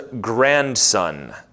grandson